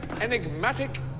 enigmatic